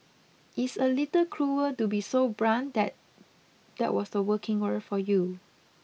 it's a little cruel to be so blunt that that was the working world for you